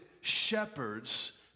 shepherds